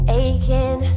aching